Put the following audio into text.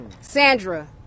Sandra